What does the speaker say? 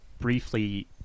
briefly